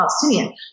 Palestinian